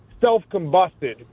self-combusted